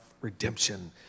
redemption